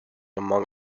among